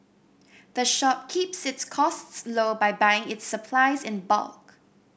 the shop keeps its costs low by buying its supplies in bulk